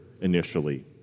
initially